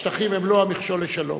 השטחים הם לא המכשול לשלום.